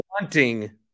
wanting